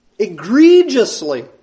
egregiously